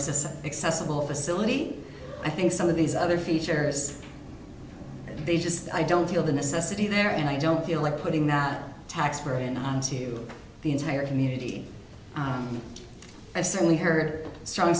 marxist accessible facility i think some of these other features they just i don't feel the necessity there and i don't feel like putting that tax burden onto the entire community i certainly heard strong